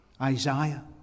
Isaiah